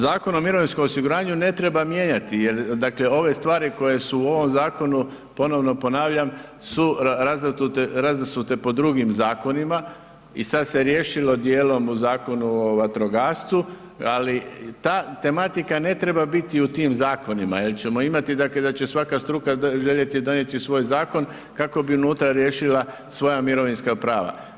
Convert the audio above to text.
Zakon o mirovinskom osiguranju ne treba mijenjati jer dakle ove stvari koje su u ovom zakonu, ponovno ponavljam, su razasute po drugim zakonima i sad se riješilo dijelom u Zakonu o vatrogastvu, ali ta tematika ne treba biti u tim zakonima jer ćemo imati da će svaka struka željeti donijeti svoj zakon kako bi unutra riješila svoja mirovinska prava.